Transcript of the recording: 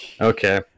okay